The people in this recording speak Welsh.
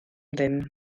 ddim